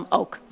ook